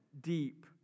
deep